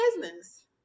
business